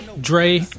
Dre